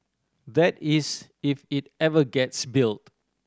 that is if it ever gets built